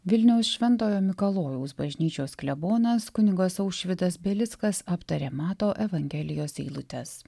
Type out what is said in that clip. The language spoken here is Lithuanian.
vilniaus šventojo mikalojaus bažnyčios klebonas kunigas aušvydas belickas aptarė mato evangelijos eilutes